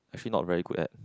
actually not very good at